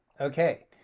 Okay